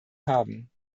haben